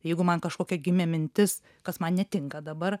jeigu man kažkokia gimė mintis kas man netinka dabar